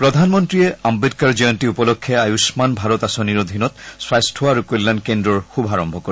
প্ৰধানমন্ত্ৰীয়ে আম্বেদকাৰ জয়ন্তী উপলক্ষে আয়ুস্মান ভাৰত আঁচনিৰ অধীনত স্বাস্থ্য আৰু কল্যাণ কেন্দ্ৰৰ শুভাৰম্ভ কৰে